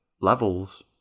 levels